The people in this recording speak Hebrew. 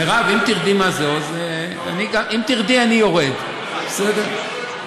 מרב, אם תרדי מזה, אני יורד, בסדר?